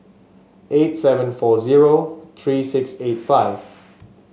eight seven four zero three six eight five